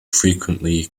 frequently